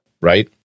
right